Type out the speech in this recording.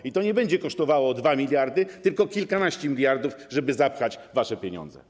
I to nie będzie kosztowało 2 mld, tylko kilkanaście miliardów, żeby zapchać wasze kieszenie.